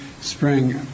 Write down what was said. spring